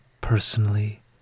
personally